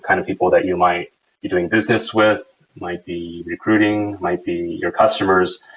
kind of people that you might be doing business with, might be recruiting, might be your customers.